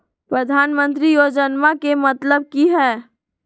प्रधानमंत्री योजनामा के मतलब कि हय?